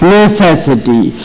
necessity